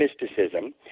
mysticism